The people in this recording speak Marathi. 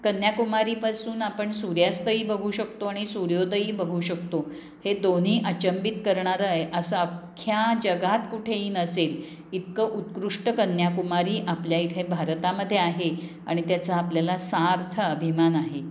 कन्याकुमारीपासून आपण सूर्यास्तही बघू शकतो आणि सूर्योदयही बघू शकतो हे दोन्ही अचंबित करणारे आहे असे अख्ख्या जगात कुठेही नसेल इतके उत्कृष्ट कन्याकुमारी आपल्या इथे भारतामध्ये आहे आणि त्याचा आपल्याला सार्थ अभिमान आहे